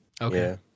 Okay